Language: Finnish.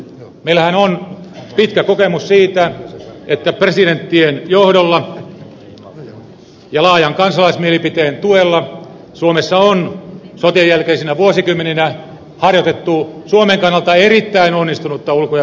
meillähän on pitkä kokemus siitä että presidenttien johdolla ja laajan kansalaismielipiteen tuella suomessa on sotien jälkeisinä vuosikymmeninä harjoitettu suomen kannalta erittäin onnistunutta ulko ja turvallisuuspolitiikkaa